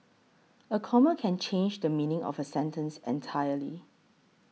a comma can change the meaning of a sentence entirely